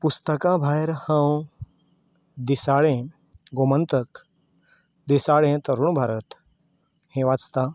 पुस्तकां भायर हांव दिसाळें गोमन्तक दिसाळें तरूण भारत हें वाचतां